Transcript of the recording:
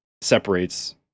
separates